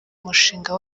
mushinga